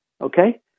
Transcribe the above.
Okay